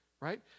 right